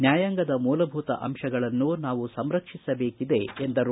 ನ್ಯಾಯಾಂಗದ ಮೂಲಭೂತ ಅಂಶಗಳನ್ನು ನಾವು ಸಂರಕ್ಷಿಸಬೇಕಿದೆ ಎಂದರು